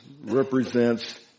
represents